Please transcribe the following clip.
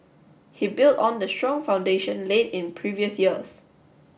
he built on the strong foundation laid in previous years